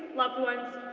loved ones,